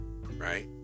right